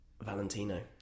Valentino